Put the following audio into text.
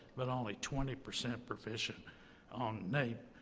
but only twenty percent proficient on naep.